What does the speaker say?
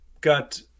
got